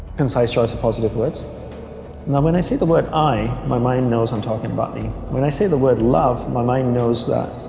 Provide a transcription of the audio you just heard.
concise choice of positive words now when i say the word i my mind knows i'm talking about me when i say the word love my mind knows that